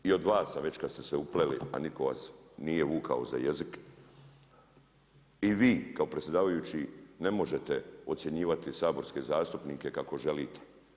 I od vas sam, već kada ste se upleli, a nitko vas nije vukao za jezik, i vi kao predsjedavajući ne možete ocjenjivati saborske zastupnike kako želite.